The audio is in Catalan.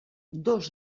dos